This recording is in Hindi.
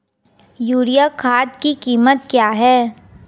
यूरिया खाद की कीमत क्या है?